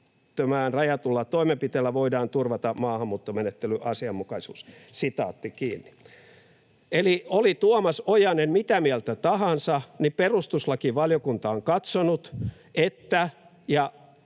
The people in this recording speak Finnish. rajatulla toimenpiteellä voidaan turvata maahanmuuttomenettelyn asianmukaisuus.” Eli oli Tuomas Ojanen mitä mieltä tahansa, niin perustuslakivaliokunta on katsonut —